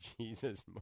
Jesus